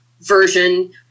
version –